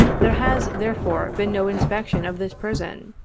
there has therefore, been no inspection of this prison,